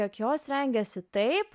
jog jos rengiasi taip